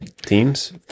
teams